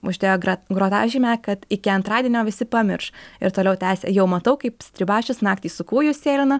uždėjo grat grotažymę kad iki antradienio visi pamirš ir toliau tęsė jau matau kaip stribašius naktį su kūju sėlina